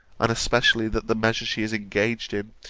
and especially, that the measure she is engaged in,